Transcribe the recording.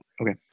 Okay